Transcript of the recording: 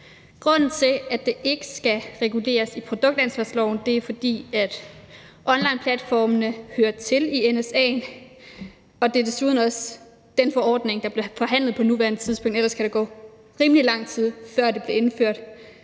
Grunden til, at det ikke skal reguleres i produktansvarsloven, er, at onlineplatformene hører til i DSA'en, og det er desuden den forordning, der bliver forhandlet på nuværende tidspunkt. Ellers kan der gå rimelig lang tid, før det bliver indført.